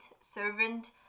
servant